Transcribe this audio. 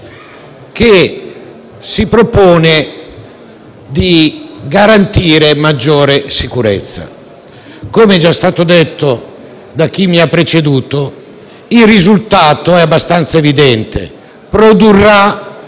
che si propone di garantire maggiore sicurezza. Come è stato detto da chi mi ha preceduto, il risultato è abbastanza evidente: produrre